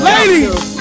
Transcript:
Ladies